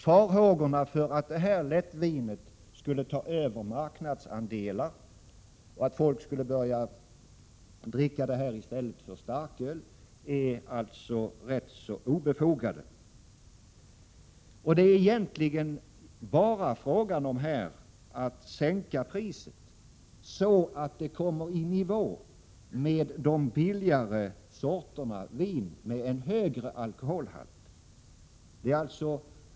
Farhågorna för att lättvinet skulle ta över marknadsandelar från och att folk skulle börja dricka det i stället för starköl är alltså relativt obefogade. Det är här egentligen bara fråga om att sänka priset så att det kommer i nivå med de billigare vinerna med en högre alkoholhalt.